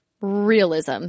realism